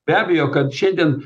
be abejo kad šiandien